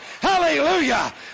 hallelujah